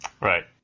right